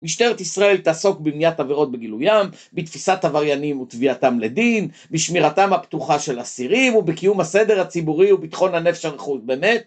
משטרת ישראל תעסוק במניעת עבירות וגילויין, בתפיסת עבריינים ותביעתם לדין, בשמירתם הפתוחה של אסירים ובקיום הסדר הציבורי וביטחון ה... באמת?